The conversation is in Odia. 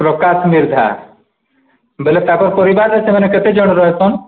ପ୍ରକାଶ ମିର୍ଦ୍ଧା ବୋଇଲେ ତାଙ୍କ ପରିବାର ସେମାନେ କେତେଜଣ ରହସନ୍